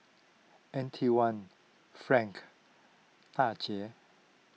Antione Frank Daija